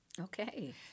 Okay